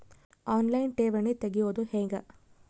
On line ಠೇವಣಿ ತೆರೆಯೋದು ಹೆಂಗ?